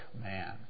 man